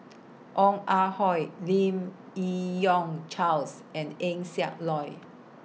Ong Ah Hoi Lim Yi Yong Charles and Eng Siak Loy